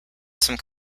some